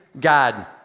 God